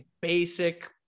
basic